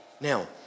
Now